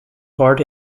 part